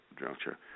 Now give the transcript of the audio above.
juncture